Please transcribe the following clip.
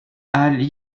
add